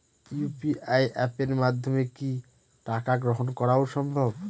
UPI অ্যাপের মাধ্যমে কি টাকা গ্রহণ করাও সম্ভব?